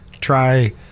try